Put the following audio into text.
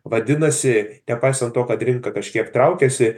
vadinasi nepaisant to kad rinka kažkiek traukiasi